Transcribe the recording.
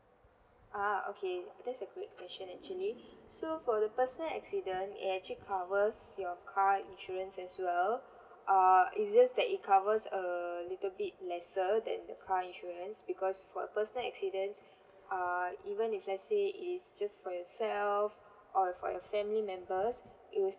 ah okay that's a great question actually so for the personal accident it actually covers your car insurance as well uh is just that it covers a little bit lesser than the car insurance because for personal accidents err even if let's say it's just for yourself or for your family members it will